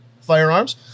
Firearms